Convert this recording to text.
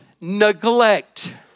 neglect